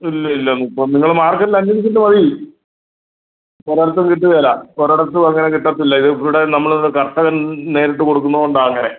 ഇല്ല ഇല്ല മുപ്പ നിങ്ങൾ മാർക്കറ്റിൽ അന്വേഷിച്ചിട്ട് മതി ഇപ്പോൾ ഒരിടത്തും കിട്ടുകേല ഒരിടത്തും അങ്ങനെ കിട്ടത്തില്ല ഇത് ഇവിടെ നമ്മൾ കർഷകൻ നേരിട്ട് കൊടുക്കുന്നത് കൊണ്ടാ അങ്ങനെ